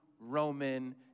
Roman